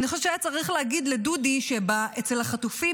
אני חושבת שהיה צריך להגיד לדודי שאצל החטופים,